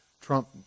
Trump